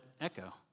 Echo